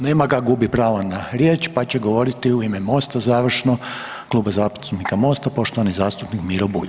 Nema ga, gubi pravo na riječ, pa će govoriti u ime MOST-a završno, Kluba zastupnika MOST-a poštovani zastupnik Miro Bulj.